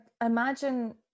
imagine